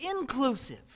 inclusive